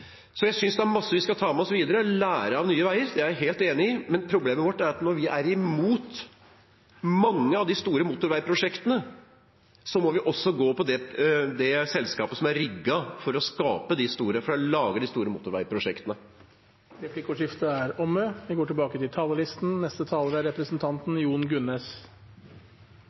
Så det er en del forskjeller her. Jeg synes det er masse vi skal ta med oss videre og lære av Nye Veier, det er jeg helt enig i. Problemet er at når vi er imot mange av de store motorveiprosjektene, må vi også gå på det selskapet som er rigget for å lage de store motorveiprosjektene. Replikkordskiftet er omme. Det er